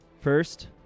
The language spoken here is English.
first